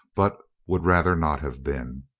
but would rather not have been.